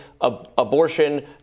abortion